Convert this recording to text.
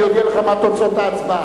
אני אודיע לך מה תוצאות ההצבעה.